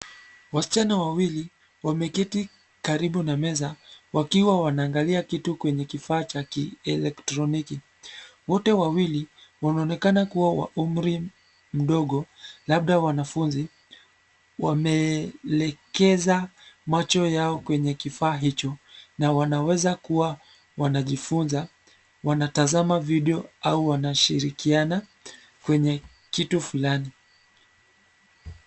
Wasichana wawili, wameketi, karibu na meza, wakiwa wanaangalia kitu kwenye kifaa cha kielektroniki, wote wawili, wanaonekana kuwa wa umri, mdogo, labda wanafunzi, wameelekeza macho yao kwenye kifaa hicho, na wanaweza kuwa, wanajifunza, wanatazama video , au wanashirikiana, kwenye, kitu fulani.